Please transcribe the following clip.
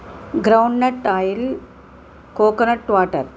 groundnut oil coconut water